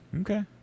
Okay